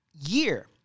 year